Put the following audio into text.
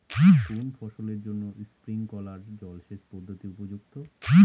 কোন ফসলের জন্য স্প্রিংকলার জলসেচ পদ্ধতি উপযুক্ত?